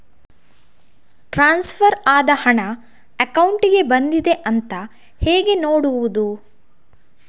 Transfer ಆದ ಹಣ ಅಕೌಂಟಿಗೆ ಬಂದಿದೆ ಅಂತ ಹೇಗೆ ನೋಡುವುದು?